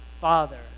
father